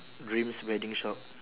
dreams wedding shop